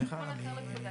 כבר יותר מעשר שנים.